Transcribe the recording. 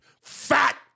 fat